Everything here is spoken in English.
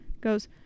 goes